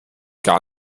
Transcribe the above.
gar